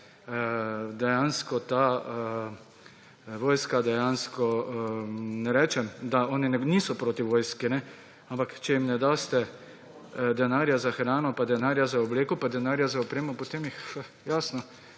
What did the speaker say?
dejansko ta vojska, ne rečem, da oni niso proti vojski, ampak če jim ne date denarja za hrano pa denarja za obleko pa denarja za opremo, potem jih jasno